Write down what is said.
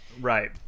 Right